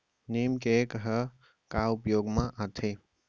नीम cake ह का उपयोग मा आथे?